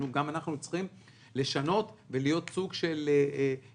גם אנחנו היינו צריכים לשנות ולהיות סוג של ארגון